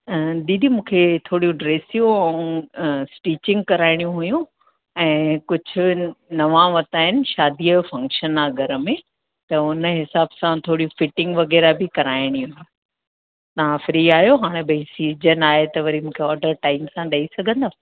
दीदी मूंखे थोरियूं ड्रेसियूं ऐं स्टिचिंग कराइणियूं हुयूं ऐं कुझु नवां वरिता आहिनि शादीअ जो फंक्शन आहे घर में त उन हिसाब सां थोरी फिटिंग वग़ैरह बि कराईणी हुई तव्हां फ्री आयो हाणे भई सीज़न आहे त वरी मूंखे ऑडर टाइम सां ॾेई सघंदव